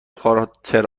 خاطر